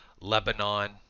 Lebanon